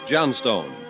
Johnstone